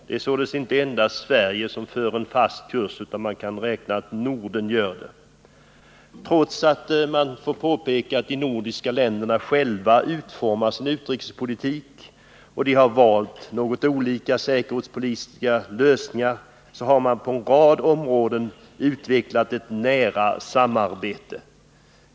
Det är således inte endast Sverige som följer en fast kurs, utan även Norden gör det. Trots att de nordiska länderna själva utformar sin utrikespolitik och har valt något olika säkerhetspolitiska lösningar, har de på en rad områden utvecklat ett nära samarbete.